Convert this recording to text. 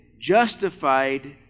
justified